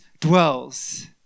dwells